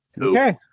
okay